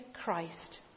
Christ